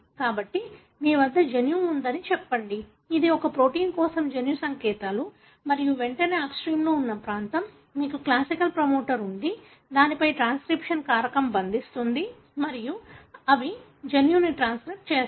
కాబట్టి మీ వద్ద జన్యువు ఉందని చెప్పండి ఇది ఒక ప్రోటీన్ కోసం జన్యు సంకేతాలు మరియు వెంటనే అప్స్ట్రీమ్లో ఉన్న ప్రాంతం మీకు క్లాసిక్ ప్రమోటర్ ఉంది దానిపై ట్రాన్స్క్రిప్షన్ కారకం బంధిస్తుంది మరియు అవి జన్యువును ట్రాన్స్క్రిప్ట్ చేస్తాయి